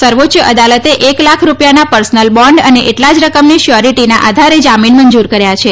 સર્વોચ્ય અદાલતે એક લાખ રૂપિયાના પર્સનલ બોન્ડ અને એટલા જ રકમની શ્યોરીટીના આધારે જામીન મંજૂર કર્યા છે